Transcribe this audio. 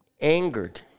angered